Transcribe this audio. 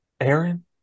Aaron